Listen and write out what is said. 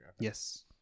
Yes